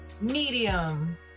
medium